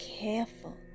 careful